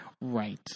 Right